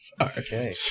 Okay